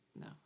no